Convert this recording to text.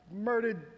murdered